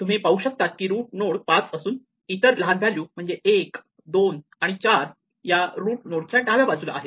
तुम्ही पाहू शकतात की रूट नोड 5 असून इतर लहान व्हॅल्यू म्हणजे 1 2 आणि 4 या रूट नोड च्या डाव्या बाजूला आहेत